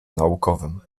naukowym